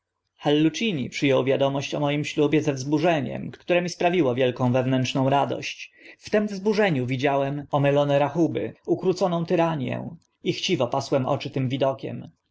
przy ął wiadomość o moim ślubie ze wzburzeniem które mi sprawiło wielką wewnętrzną radość w tym wzburzeniu widziałem omylone rachuby ukróconą tyranię i chciwie pasłem oczy tym widokiem